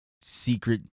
secret